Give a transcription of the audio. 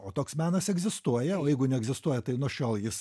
o toks menas egzistuoja o jeigu neegzistuoja tai nuo šiol jis